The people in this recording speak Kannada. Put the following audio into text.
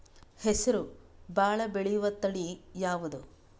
ಹೆಸರು ಭಾಳ ಬೆಳೆಯುವತಳಿ ಯಾವದು?